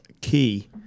key